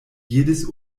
jedes